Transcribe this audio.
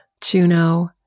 Juno